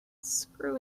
screw